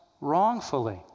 wrongfully